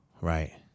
Right